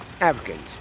Africans